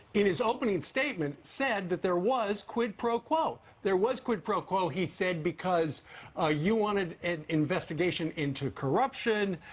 in his opening statement, said that there was quid pro quo. there was quid pro quo, he said, because ah you wanted an investigation into corruption,